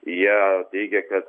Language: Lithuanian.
jie teigia kad